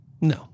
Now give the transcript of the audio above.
no